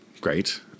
Great